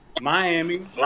Miami